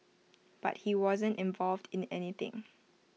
but he wasn't involved in anything